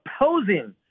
opposing